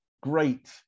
great